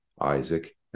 Isaac